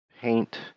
paint